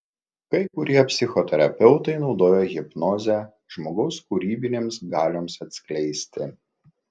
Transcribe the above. kai kurie psichoterapeutai naudoja hipnozę žmogaus kūrybinėms galioms atskleisti